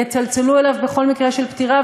יצלצלו אליו בכל מקרה של פטירה,